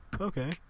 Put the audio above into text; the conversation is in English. Okay